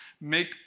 make